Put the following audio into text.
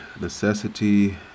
necessity